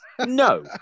No